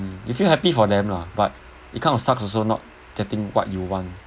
you feel happy for them lah but it kind of sucks also not getting what you want